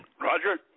Roger